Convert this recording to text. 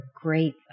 great